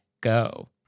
go